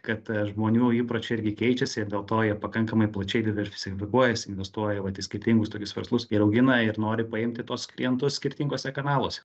kad žmonių įpročiai irgi keičiasi ir dėl to jie pakankamai plačiai diversifikuojasi investuoja vat į skirtingus tokius verslus ir augina ir nori paimti tuos klientus skirtinguose kanaluose